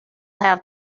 have